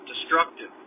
destructive